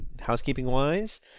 housekeeping-wise